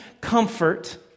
comfort